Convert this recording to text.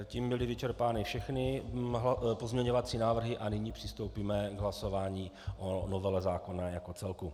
Tím byly vyčerpány všechny pozměňovací návrhy a nyní přistoupíme k hlasování o novele zákona jako celku.